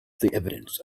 evidence